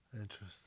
Interesting